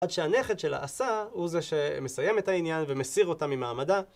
עד שהנכד שלה אסא הוא זה שמסיים את העניין ומסיר אותה ממעמדה.